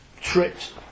tripped